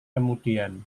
kemudian